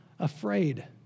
afraid